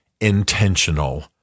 intentional